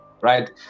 right